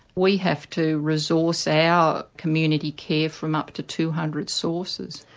we have to resource our community care from up to two hundred sources.